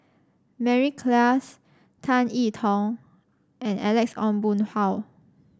Mary Klass Tan I Tong and Alex Ong Boon Hau